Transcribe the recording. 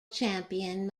champion